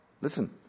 Listen